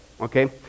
okay